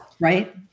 right